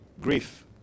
grief